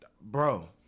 bro